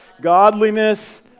godliness